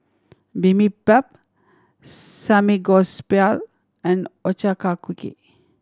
Bibimbap Samgeyopsal and Ochazuke